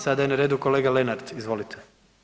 Sada je na redu kolega Lenart, izvolite.